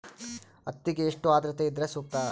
ಹತ್ತಿಗೆ ಎಷ್ಟು ಆದ್ರತೆ ಇದ್ರೆ ಸೂಕ್ತ?